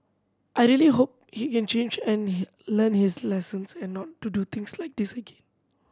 I really hope he can change and he learn his lesson and not to do things like this again